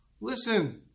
Listen